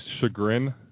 chagrin